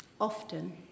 Often